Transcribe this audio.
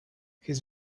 his